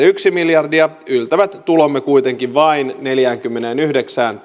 yksi miljardia yltävät tulomme kuitenkin vain neljäänkymmeneenyhdeksään